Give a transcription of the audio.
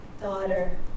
daughter